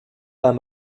pas